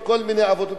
וכל מיני עבודות,